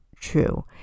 True